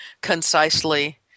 concisely